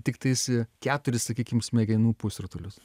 tiktais e keturis sakykim smegenų pusrutulius